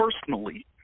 personally